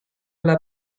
alla